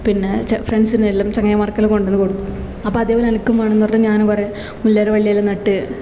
പിന്നെ ഫ്രണ്ട്സിനെല്ലാം ചങ്ങായിമാർക്കെല്ലാം കൊണ്ട് വന്ന് കൊടുക്കും അപ്പം അതേപോലെ എനിക്കും വേണം എന്ന് പറഞ്ഞ് ഞാനും കുറെ മുല്ലേര വള്ളിയെല്ലാം നട്ട്